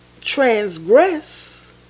Transgress